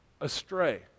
astray